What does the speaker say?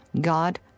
God